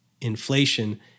inflation